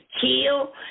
kill